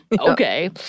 okay